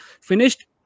finished